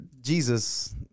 Jesus